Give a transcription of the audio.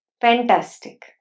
fantastic